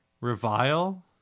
revile